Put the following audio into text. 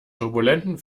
turbulenten